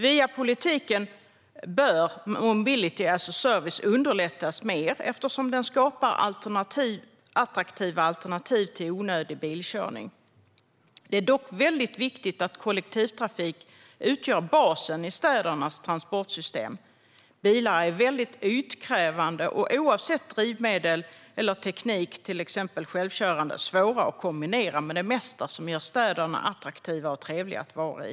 Via politiken bör mobility as a service underlättas eftersom det skapar attraktiva alternativ till onödig bilkörning. Det är dock väldigt viktigt att kollektivtrafik utgör basen i städernas transportsystem. Bilar är väldigt ytkrävande, och oavsett drivmedel eller teknik - om de till exempel är självkörande - är de svåra att kombinera med det mesta som gör städerna attraktiva och trevliga att vara i.